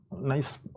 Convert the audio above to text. nice